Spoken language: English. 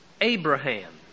Abraham